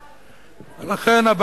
לכן,